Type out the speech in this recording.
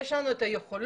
יש לנו את היכולות,